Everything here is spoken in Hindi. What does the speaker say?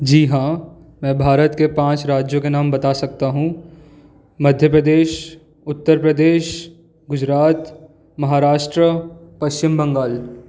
जी हाँ मैं भारत के पाँच राज्यों के नाम बता सकता हूँ मध्य प्रदेश उत्तर प्रदेश गुजरात महाराष्ट्र पश्चिम बंगाल